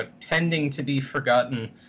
tending-to-be-forgotten